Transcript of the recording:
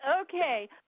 okay